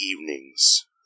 evenings